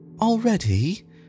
Already